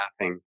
laughing